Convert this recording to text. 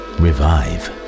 revive